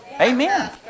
Amen